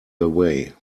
away